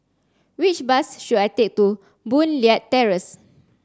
which bus should I take to Boon Leat Terrace